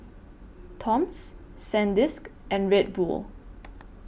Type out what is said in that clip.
Toms Sandisk and Red Bull